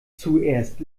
zuerst